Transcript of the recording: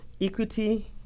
equity